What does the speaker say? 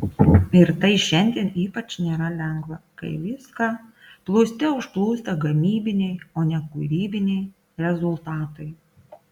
ir tai šiandien ypač nėra lengva kai viską plūste užplūsta gamybiniai o ne kūrybiniai rezultatai